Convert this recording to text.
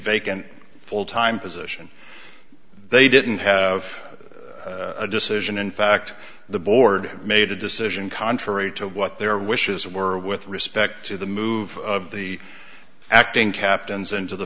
vacant full time position they didn't have a decision in fact the board made a decision contrary to what their wishes were with respect to the move of the acting captains and to the